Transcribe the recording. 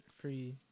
Free